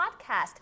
podcast